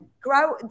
grow